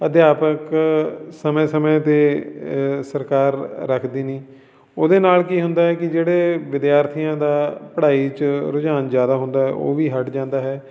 ਅਧਿਆਪਕ ਸਮੇਂ ਸਮੇਂ 'ਤੇ ਸਰਕਾਰ ਰੱਖਦੀ ਨਹੀਂ ਉਹਦੇ ਨਾਲ ਕੀ ਹੁੰਦਾ ਹੈ ਕਿ ਜਿਹੜੇ ਵਿਦਿਆਰਥੀਆਂ ਦਾ ਪੜ੍ਹਾਈ 'ਚ ਰੁਝਾਨ ਜ਼ਿਆਦਾ ਹੁੰਦਾ ਉਹ ਵੀ ਹਟ ਜਾਂਦਾ ਹੈ